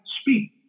speak